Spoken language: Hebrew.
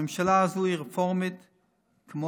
הממשלה הזו היא רפורמית כמוהם.